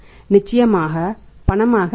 நிச்சயமாக பணமாக அல்ல